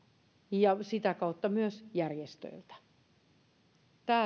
ja sitä kautta hankkia myös järjestöiltä tämä